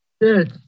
Yes